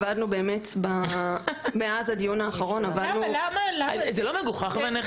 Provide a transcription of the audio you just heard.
זה לא מגוחך בעינייך?